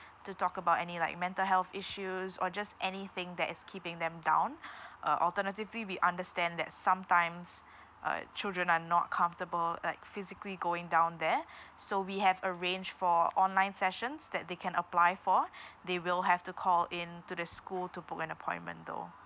to talk about any like mental health issues or just anything that is keeping them down uh alternatively we understand that sometimes uh children are not comfortable like physically going down there so we have arranged for online sessions that they can apply for they will have to call in to the school to book an appointment though